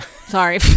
sorry